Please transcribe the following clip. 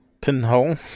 pinhole